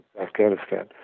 Afghanistan